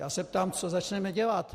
Já se ptám, co začneme dělat.